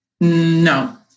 No